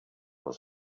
was